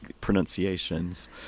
pronunciations